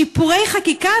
שיפורי חקיקה,